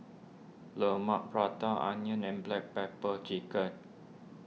Lemang Prata Onion and Black Pepper Chicken